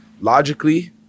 Logically